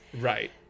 right